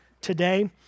today